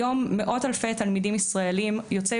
היום מאות אלפי תלמידים ישראלים יוצאי